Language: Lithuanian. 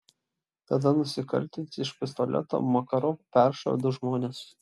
tada nusikaltėlis iš pistoleto makarov peršovė du žmones